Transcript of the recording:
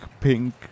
Pink